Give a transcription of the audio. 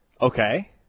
Okay